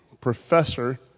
professor